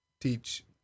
teach